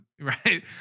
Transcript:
right